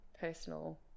personal